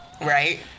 Right